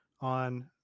on